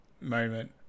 Moment